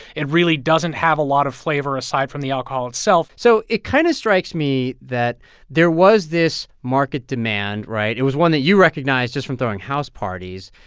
it really doesn't have a lot of flavor, aside from the alcohol itself so it kind of strikes me that there was this market demand, right? it was one that you recognized just from throwing house parties.